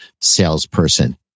salesperson